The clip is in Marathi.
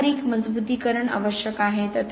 पारंपारिक मजबुतीकरण आवश्यक आहे